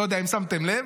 אני לא יודע אם שמתם לב.